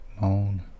moan